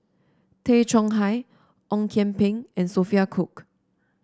Tay Chong Hai Ong Kian Peng and Sophia Cooke